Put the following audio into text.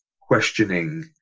questioning